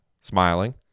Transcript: smiling